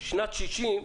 שנת 1960,